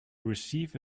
receive